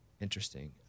interesting